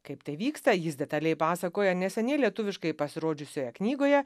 kaip tai vyksta jis detaliai pasakoja neseniai lietuviškai pasirodžiusioje knygoje